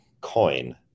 coin